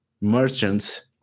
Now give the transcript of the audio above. merchants